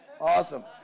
Awesome